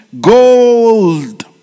gold